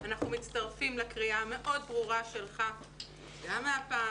אנחנו מצטרפים לקריאה המאוד ברורה שלך גם הפעם